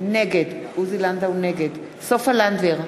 נגד סופה לנדבר,